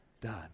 done